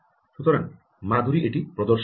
সুতরাং মাধুরী এটি প্রদর্শন করবে